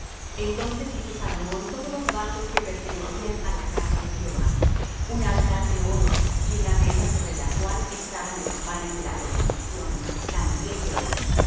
entonces hizo salomón todos los vasos que pertenecían á la casa de jehová un altar de oro y una mesa sobre la cual estaban los panes de la proposición también de oro y